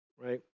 right